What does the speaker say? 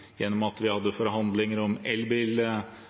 at vi hadde forhandlinger om